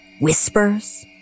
whispers